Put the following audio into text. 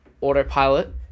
autopilot